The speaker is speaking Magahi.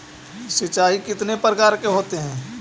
सिंचाई कितने प्रकार के होते हैं?